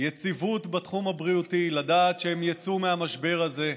יציבות בתחום הבריאותי, לדעת שהם יצאו מהמשבר הזה,